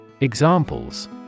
Examples